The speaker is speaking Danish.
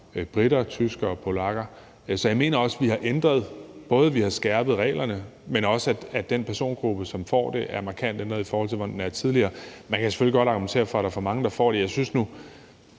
briter, tyskere og polakker. Så jeg mener både, at vi har skærpet reglerne, men også, at den persongruppe, som får statsborgerskab, er markant ændret, i forhold til hvordan den var tidligere. Man kan selvfølgelig godt argumentere for, at der er for mange, der får det, men jeg synes nu,